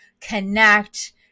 connect